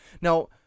Now